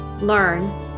learn